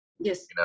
Yes